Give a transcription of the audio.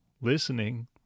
listening